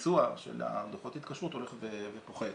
הביצוע של דוחות ההתקשרות הולך ופוחת.